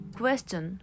question